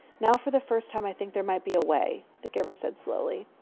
now for the first time i think there might be a way, the giver said slowly.